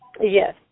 Yes